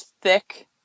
thick